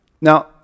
Now